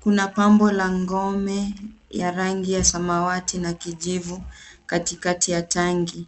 Kuna pambo la ngome ya rangi ya samawati na kijivu katikati ya tanki.